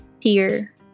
tier